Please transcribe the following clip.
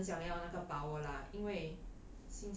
我真的很想要那个 power lah 因为